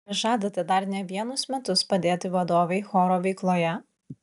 ar žadate dar ne vienus metus padėti vadovei choro veikloje